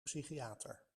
psychiater